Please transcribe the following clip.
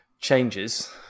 changes